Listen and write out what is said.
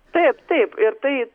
taip taip ir tai